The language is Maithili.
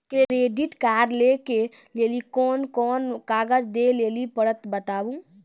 क्रेडिट कार्ड लै के लेली कोने कोने कागज दे लेली पड़त बताबू?